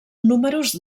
números